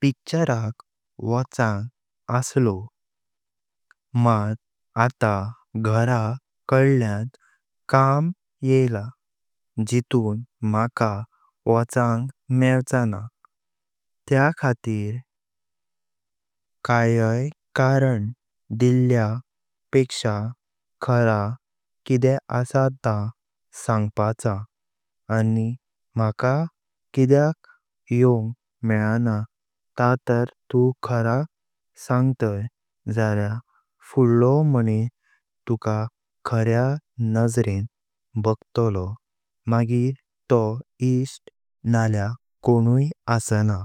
पिक्चराक वочांग आसलो। मात आता घर कडल्यान काम येयला जितुन म्हाका वोंचांग मेवचाना। त्या खातीर काईयाय करंण दिल्या पेक्षा खरा किदें असा तां सांगपाच आनी म्हाका किद्याक योण मेलाना ता तार तुं खरा सांगताइं जल्या फुडलो मानस तुका खर्या नज्रें बघतलो मगीर तो इष्ट नाल्या कोणुई असना।